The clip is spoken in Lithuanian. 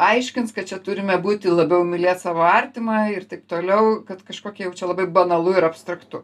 aiškins kad čia turime būti labiau mylėt savo artimą ir taip toliau kad kažkokį jau čia labai banalu ir abstraktu